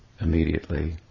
immediately